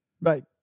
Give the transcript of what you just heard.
Right